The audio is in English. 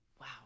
Wow